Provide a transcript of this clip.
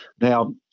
Now